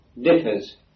differs